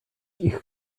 ich